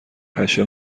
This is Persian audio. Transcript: پشه